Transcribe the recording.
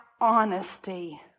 honesty